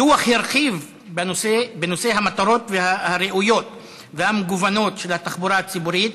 הדוח הרחיב בנושא המטרות הראויות והמגוונות של התחבורה הציבורית,